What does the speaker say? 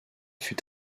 fut